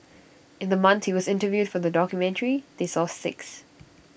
in the month he was interviewed for the documentary they saw six